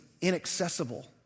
inaccessible